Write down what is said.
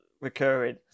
recurring